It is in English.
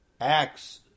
acts